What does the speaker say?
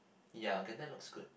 ya okay that looks good